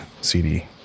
cd